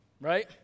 right